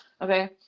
okay